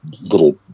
little